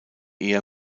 eher